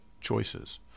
choices